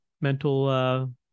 mental